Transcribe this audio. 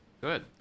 Good